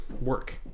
work